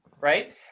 right